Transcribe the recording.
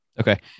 Okay